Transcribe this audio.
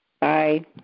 Bye